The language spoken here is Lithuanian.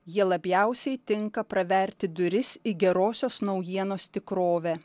jie labiausiai tinka praverti duris į gerosios naujienos tikrovę